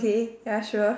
okay ya sure